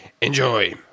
enjoy